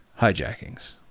hijackings